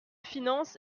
finances